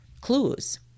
clues